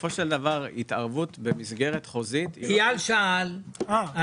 בסופו של דבר התערבות במסגרת חוזית היא --- אייל שאל שאלה.